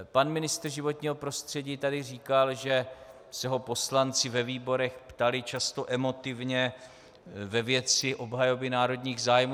Pan ministr životního prostředí tady říkal, že se ho poslanci ve výborech ptali často emotivně ve věci obhajoby národních zájmů.